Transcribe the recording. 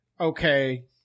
okay